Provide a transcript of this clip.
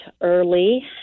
early